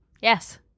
Yes